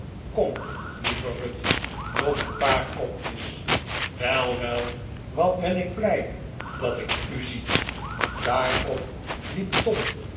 kom lieve ruth nog een paar kopjes wel wel wat ben ik blij dat ik u zie daarop